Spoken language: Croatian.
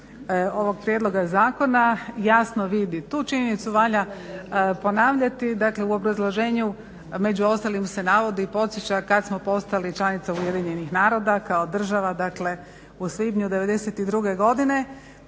ovog prijedloga zakona jasno vidi. Tu činjenicu valja ponavljati, dakle u obrazloženju među ostalim se navodi podsjeća kada smo postali članica UN-a kao država, dakle u svibnju '92.godine.